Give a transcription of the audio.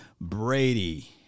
Brady